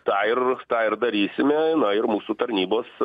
tą ir tą ir darysime ir mūsų tarnybos